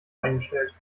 eingestellt